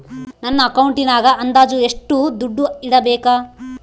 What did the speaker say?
ನನ್ನ ಅಕೌಂಟಿನಾಗ ಅಂದಾಜು ಎಷ್ಟು ದುಡ್ಡು ಇಡಬೇಕಾ?